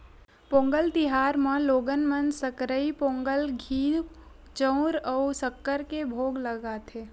पोंगल तिहार म लोगन मन सकरई पोंगल, घींव, चउर अउ सक्कर के भोग लगाथे